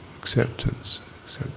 acceptance